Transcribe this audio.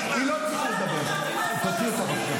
אבל את לא טובה יותר מתושבי הנגב.